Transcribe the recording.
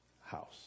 house